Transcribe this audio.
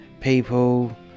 people